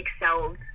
Excelled